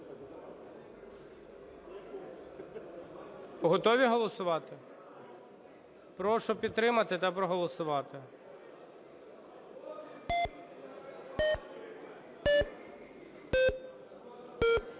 Готові голосувати? Прошу підтримати та проголосувати.